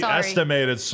estimated